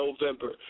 November